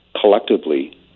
collectively